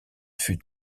fut